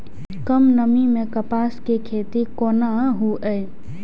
कम नमी मैं कपास के खेती कोना हुऐ?